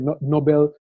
Nobel